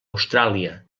austràlia